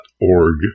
org